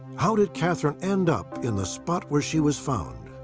how did katherine end up in the spot where she was found?